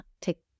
take